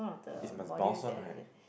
is must bounce one right